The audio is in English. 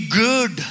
good